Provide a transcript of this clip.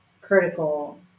critical